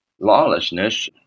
lawlessness